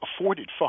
afforded